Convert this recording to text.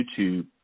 YouTube